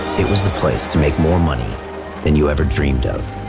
it was the place to make more money than you ever dreamed of.